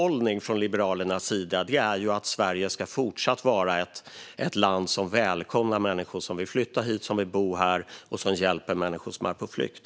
Liberalernas grundhållning är att Sverige ska fortsätta att vara ett land som välkomnar människor som vill flytta hit och bo här och ett land som hjälper människor som är på flykt.